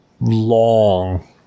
long